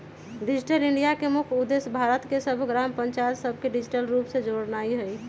digital India के मुख्य उद्देश्य भारत के सभ ग्राम पञ्चाइत सभके डिजिटल रूप से जोड़नाइ हइ